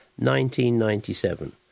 1997